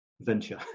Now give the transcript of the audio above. venture